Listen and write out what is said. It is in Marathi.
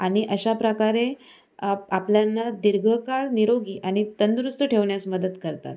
आणि अशाप्रकारे आप आपल्याला दीर्घकाळ निरोगी आणि तंदुरुस्त ठेवण्यास मदत करतात